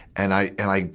and i, and i,